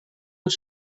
het